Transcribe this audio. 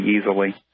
easily